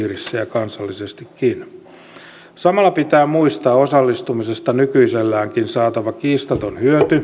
kansallisestikin samalla pitää muistaa osallistumisesta nykyiselläänkin saatava kiistaton hyöty